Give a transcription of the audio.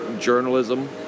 Journalism